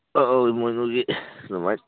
ꯑꯧ ꯑꯧ ꯏꯃꯣꯏꯅꯨꯒꯤ ꯑꯗꯨꯃꯥꯏ